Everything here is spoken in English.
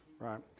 Right